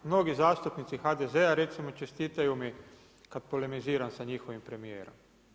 Mnogi zastupnici HDZ-a recimo, čestitaju mi kad polemiziram s njihovim premjerom.